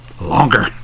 longer